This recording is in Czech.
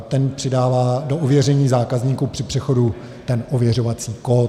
Ten přidává do ověření zákazníků při přechodu ten ověřovací kód.